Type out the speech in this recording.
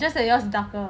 just that yours darker